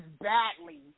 badly